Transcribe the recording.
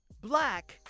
black